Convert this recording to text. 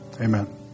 Amen